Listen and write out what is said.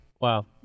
Wow